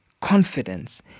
confidence